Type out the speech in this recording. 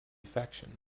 faction